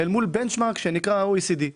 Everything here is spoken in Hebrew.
מול benchmark שנקרא ה-OECD.